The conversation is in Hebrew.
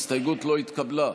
לפיכך ההסתייגות לא התקבלה.